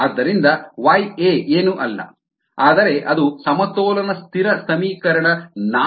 ಆದ್ದರಿಂದ yA ಏನೂ ಅಲ್ಲ ಆದರೆ ಅದೇ ಸಮತೋಲನ ಸ್ಥಿರ ಸಮೀಕರಣ ನಾಲ್ಕರ ಪ್ರಕಾರ m ಬಾರಿ xAL ಆಗಿದೆ